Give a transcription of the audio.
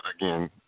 again